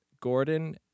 Gordon